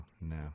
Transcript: No